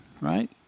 right